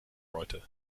writer